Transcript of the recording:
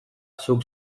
zuk